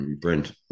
Brent